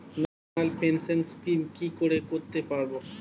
National pension scheme কি করে করতে পারব?